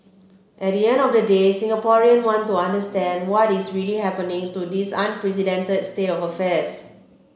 at the end of the day Singaporean want to understand what is really happening to this unprecedented state of affairs